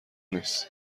نیست